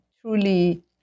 truly